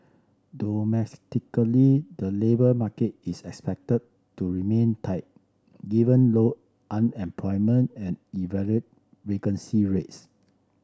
domestically the labour market is expected to remain tight given low unemployment and elevated vacancy rates